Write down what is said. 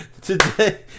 today